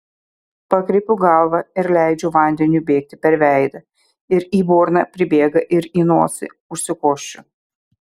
pakreipiu galvą ir leidžiu vandeniui bėgti per veidą ir į burną pribėga ir į nosį užsikosčiu